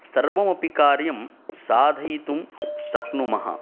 सर्वमपि कार्यं साधयितुं शक्नुमः